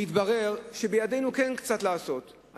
והתברר שבידינו כן קצת לעשות,